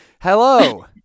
Hello